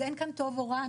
אין כאן טוב או רע,